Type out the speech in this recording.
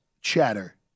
chatter